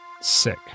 Sick